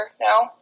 now